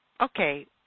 Okay